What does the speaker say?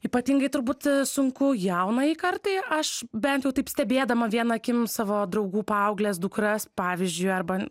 ypatingai turbūt sunku jaunajai kartai aš bent jau taip stebėdama viena akim savo draugų paaugles dukras pavyzdžiui arba